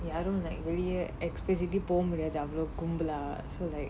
ya I don't like வெளியே:veliyae actually போ முடியாது அவ்ளோ கும்பலா:po mudiyaathu avlo kumbalaa so like